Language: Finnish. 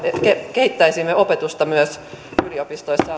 kehittäisimme opetusta myös yliopistoissa ja